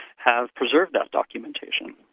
have preserved that documentation.